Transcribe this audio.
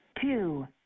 Two